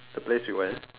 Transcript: the place we went